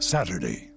Saturday